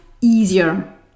easier